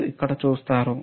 మీరు ఇక్కడ చూస్తారు